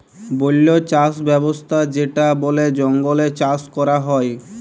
বল্য চাস ব্যবস্থা যেটা বলে জঙ্গলে চাষ ক্যরা হ্যয়